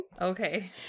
Okay